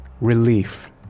relief